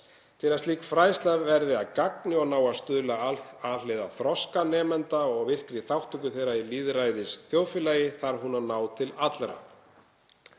Til að slík fræðsla verði að gagni og nái að stuðla að alhliða þroska nemenda og virkri þátttöku þeirra í lýðræðisþjóðfélagi þarf hún að ná til allra.